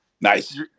Nice